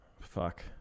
Fuck